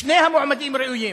שני המועמדים ראויים,